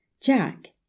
Jack